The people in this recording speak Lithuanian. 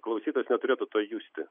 klausytojas neturėtų tą justi